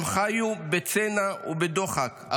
הם חיו בצנע ובדוחק,